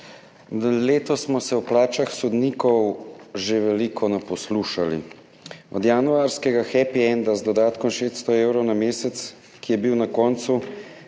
Letos smo se o plačah sodnikov že veliko naposlušali. Od januarskega hepienda z dodatkom 600 evrov na mesec, ki je bil na koncu